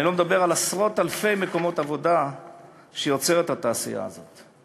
אני לא מדבר על עשרות אלפי מקומות עבודה שיוצרת התעשייה הזאת.